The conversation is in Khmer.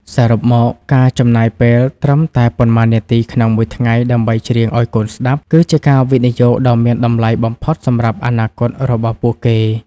សរុបមក ការចំណាយពេលត្រឹមតែប៉ុន្មាននាទីក្នុងមួយថ្ងៃដើម្បីច្រៀងឱ្យកូនស្តាប់ គឺជាការវិនិយោគដ៏មានតម្លៃបំផុតសម្រាប់អនាគតរបស់ពួកគេ។